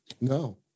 No